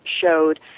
showed